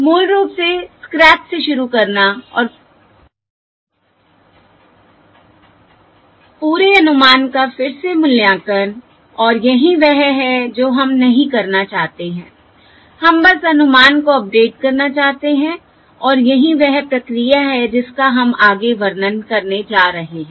मूल रूप से स्क्रैच से शुरू करना और पूरे अनुमान का फिर से मूल्यांकन और यही वह है जो हम नहीं करना चाहते हैं हम बस अनुमान को अपडेट करना चाहते हैं और यही वह प्रक्रिया है जिसका हम आगे वर्णन करने जा रहे हैं